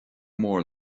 mór